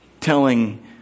telling